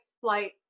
flight